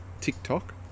TikTok